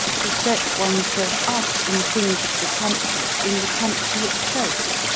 to set oneself up in things of the country in the country itself.